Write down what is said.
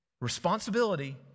Responsibility